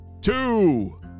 two